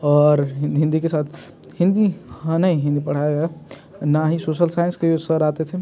और हिंदी के साथ हिंदी हाँ नहीं हिंदी पढ़ाया गया ना ही सोशल साइंस के जो सर आते थे